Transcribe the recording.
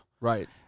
Right